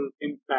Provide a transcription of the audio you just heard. impact